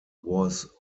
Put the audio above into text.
was